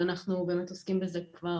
ואנחנו באמת עוסקים בזה כבר